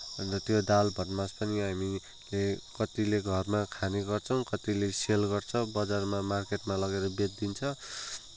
अन्त त्यो दाल भटमास पनि हामीले कतिले घरमा खाने गर्छौँ कतिले सेल गर्छ बजारमा मार्केटमा लगेर बेच्दिन्छ